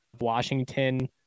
Washington